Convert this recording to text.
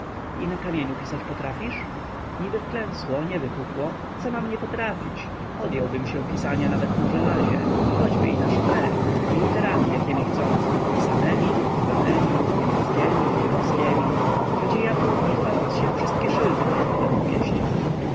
i na kamieniu potrafisz pisać niby wklęsło nie wypukło co nie mam potrafić podjąłbym się pisania nawet na żelazie a choćby i na szkle i literami jakiemi chcąc pisanemi drukowanemi niemieckiemi żydowskiemi przecie ja tu nie chwaląc się wszystkie szyldy malowałem w mieście